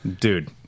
dude